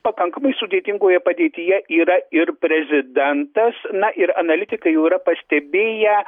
pakankamai sudėtingoje padėtyje yra ir prezidentas na ir analitikai jau yra pastebėję